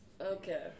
Okay